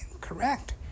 Correct